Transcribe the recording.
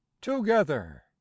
together